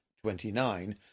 twenty-nine